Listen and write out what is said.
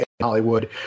Hollywood